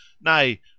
nay